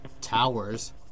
Towers